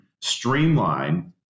streamline